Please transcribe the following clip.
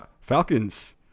Falcons